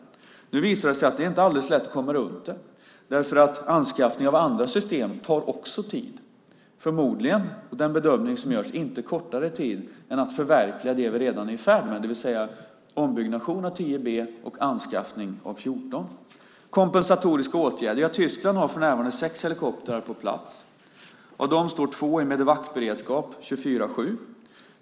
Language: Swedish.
Nu visar det sig att det inte är alldeles lätt att komma runt det. Anskaffning av andra system tar också tid, förmodligen och enligt den bedömning som görs inte kortare tid än att förverkliga dem vi redan är i färd med, det vill säga ombyggnation av 10 B och anskaffning av 14. När det gäller kompensatoriska åtgärder har Tyskland för närvarande sex helikoptrar på plats. Av dem står två i Medevacberedskap 24/7.